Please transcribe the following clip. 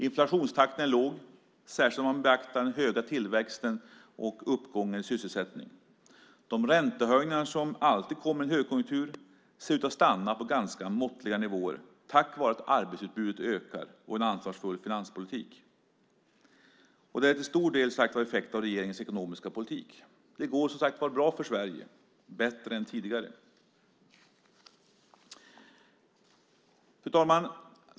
Inflationstakten är låg, särskilt om man beaktar den höga tillväxten och uppgången i sysselsättning. De räntehöjningar som alltid kommer i en högkonjunktur ser ut att stanna på ganska måttliga nivåer, tack vare ett ökat arbetsutbud och en ansvarsfull finanspolitik. Det är till stor del en effekt av regeringens ekonomiska politik. Det går som sagt bra för Sverige, bättre än tidigare. Fru talman!